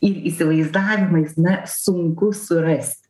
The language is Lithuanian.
ir įsivaizdavimais na sunku surasti